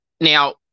Now